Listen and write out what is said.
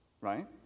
right